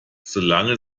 solange